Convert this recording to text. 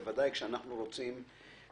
בוודאי כאשר אנחנו רוצים להתקדם.